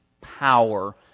power